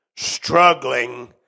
Struggling